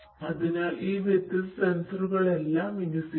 അതിനാൽ ഈ വ്യത്യസ്ത സെൻസറുകളെല്ലാം വിന്യസിക്കുന്നു